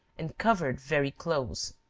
and covered very close.